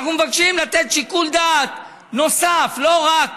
אנחנו מבקשים לתת שיקול דעת נוסף, לא רק